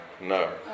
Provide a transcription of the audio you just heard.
No